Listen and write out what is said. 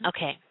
Okay